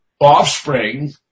offspring